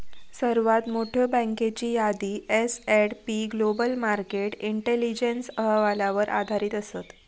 सर्वात मोठयो बँकेची यादी S and P global market intelligence अहवालावर आधारित असत